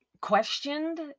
questioned